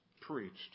preached